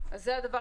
לקוח?